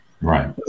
right